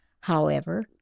However